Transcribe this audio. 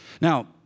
Now